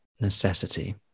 necessity